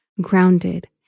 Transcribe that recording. grounded